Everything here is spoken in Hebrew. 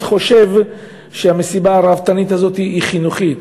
חושב שהמסיבה הראוותנית הזאת היא חינוכית.